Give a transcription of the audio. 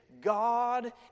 God